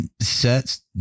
sets